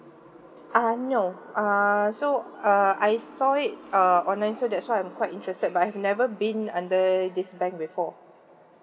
uh no err so uh I saw it uh online so that's why I'm quite interested but I've never been under this bank before